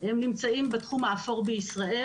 נמצאים בתחום האפור בישראל.